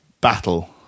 battle